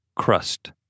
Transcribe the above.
Crust